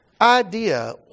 idea